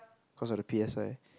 cause of the P_S_I